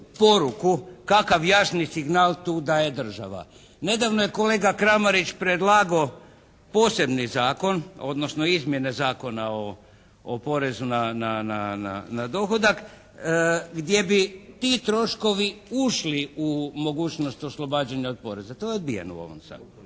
kakav jasni signal tu daje država? Nedavno je kolega Kramarić predlagao posebni zakon, odnosno izmjene Zakona o porezu na dohodak gdje bi ti troškovi ušli u mogućnost oslobađanja od poreza. To je odbijeno u ovom Saboru